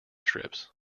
strips